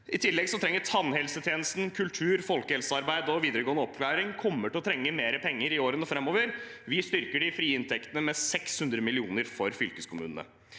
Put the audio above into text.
I tillegg vil tannhelsetjenesten, kultur, folkehelsearbeid og videregående opplæring komme til å trenge mer penger i årene framover. Vi styrker de frie inntektene med 600 mill. kr for fylkeskommunene.